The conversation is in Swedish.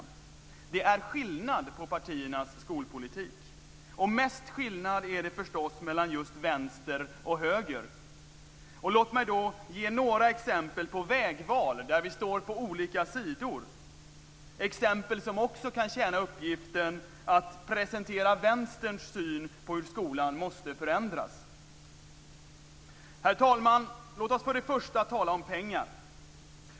Det är skillnad på partiernas skolpolitik. Mest skillnad är det förstås mellan just vänster och höger. Låt mig ge några exempel på vägval där vi står på olika sidor, exempel som också kan tjäna uppgiften att presentera vänsterns syn på hur skolan måste förändras. Herr talman! Låt oss för det första tala om pengar.